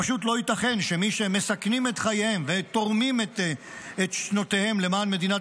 פשוט לא ייתכן שמי שמסכנים את חייהם ותורמים את שנותיהם למען מדינת